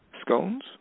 Scones